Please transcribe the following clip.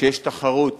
כשיש תחרות